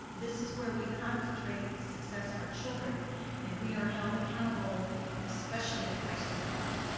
this is where we concentrate the success of our children and we are held accountable especially at the high school level.